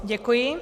Děkuji.